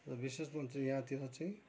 र विशेषमा चाहिँ यहाँतिर चाहिँ